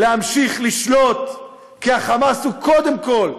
להמשיך לשלוט, כי ה"חמאס", קודם כול,